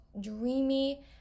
dreamy